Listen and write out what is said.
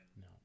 no